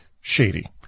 shady